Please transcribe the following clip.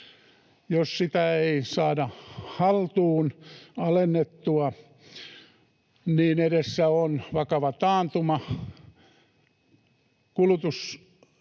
Jos sitä ei saada haltuun, alennettua, edessä on vakava taantuma.